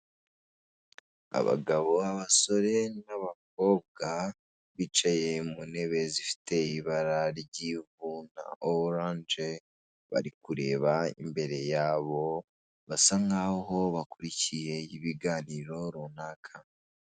Abagabo, abasore n'abakobwa, bicaye mu ntebe zifite ibara rya oranje. Bari kureba imbere yabo, basa n'aho bakurikiye ibiganiro runaka.